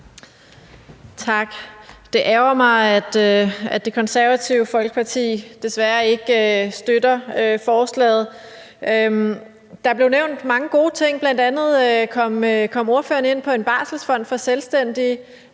Tak. Det ærgrer mig, at Det Konservative Folkeparti desværre ikke støtter forslaget. Der blev nævnt mange gode ting. Bl.a. kom ordføreren ind på en barselsfond for selvstændige.